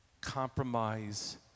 compromise